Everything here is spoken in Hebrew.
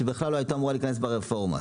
שבכלל לא הייתה אמורה להיכנס לרפורמה.